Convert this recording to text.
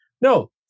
No